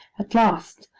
at last,